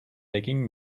begging